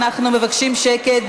אנחנו מבקשים שקט,